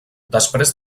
després